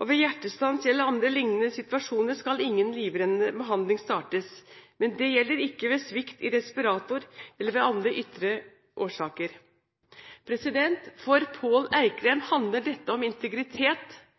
Ved hjertestans eller ved andre livstruende situasjoner skal ingen livreddende behandling startes, men det gjelder ikke ved svikt i respiratoren eller ved andre ytre årsaker. For Pål Eikrem